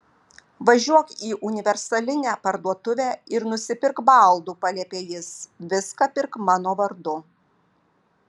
važiuok į universalinę parduotuvę ir nusipirk baldų paliepė jis viską pirk mano vardu